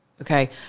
Okay